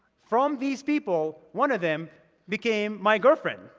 from these people, one of them became my girlfriend.